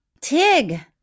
Tig